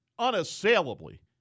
unassailably